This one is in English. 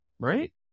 right